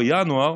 בינואר,